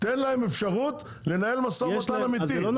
תן להם אפשרות לנהל משא ומתן אמיתי,